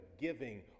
giving